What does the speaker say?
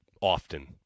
often